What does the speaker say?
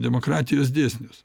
demokratijos dėsnius